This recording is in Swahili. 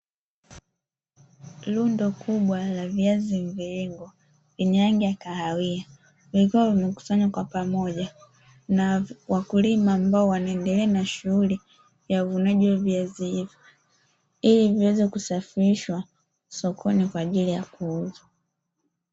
Lundo kubwa la viazi mviringo vyenye rangi ya kahawia, vikiwa vimekusanywa kwa pamoja na wakulima, ambao wanaendelea na shughuli ya uvunaji wa viazi hivyo, ili viweze kusafirishwa sokoni kwa ajili ya kuuzwa.